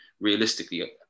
realistically